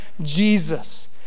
Jesus